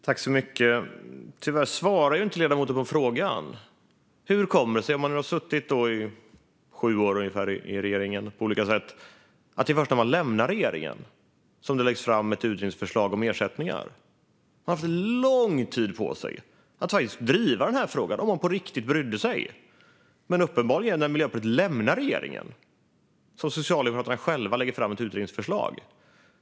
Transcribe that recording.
Fru talman! Tyvärr svarar inte ledamoten på frågan. Om man nu på olika sätt har suttit ungefär sju år i regeringen, hur kommer det sig att det är först när man lämnar regeringen som det läggs fram ett utredningsförslag om ersättningar? Man har haft lång tid på sig att driva den här frågan om man på riktigt brydde sig. Men det är när Miljöpartiet lämnar regeringen som Socialdemokraterna själva lägger fram ett utredningsförslag.